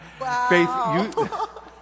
Wow